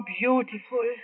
beautiful